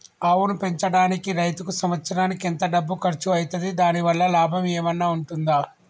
ఆవును పెంచడానికి రైతుకు సంవత్సరానికి ఎంత డబ్బు ఖర్చు అయితది? దాని వల్ల లాభం ఏమన్నా ఉంటుందా?